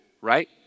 right